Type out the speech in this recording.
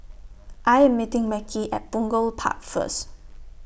I Am meeting Mekhi At Punggol Park First